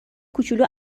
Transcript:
کوچولو